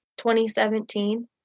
2017